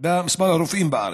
ברופאים בארץ.